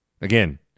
Again